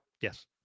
Yes